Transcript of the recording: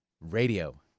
radio